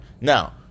Now